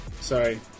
Sorry